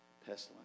Pestilence